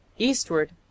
Eastward